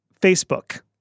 Facebook